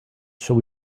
shall